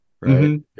Right